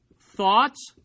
thoughts